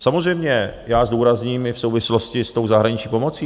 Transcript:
Samozřejmě já zdůrazním i v souvislosti s tou zahraniční pomocí.